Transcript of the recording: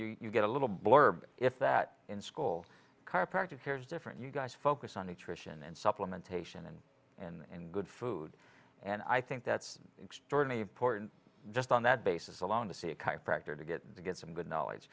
you get a little blurb if that in school chiropractors different you guys focus on nutrition and supplementation and and good food and i think that's extraordinary important just on that basis alone to see a chiropractor to get get some good knowledge